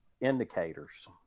indicators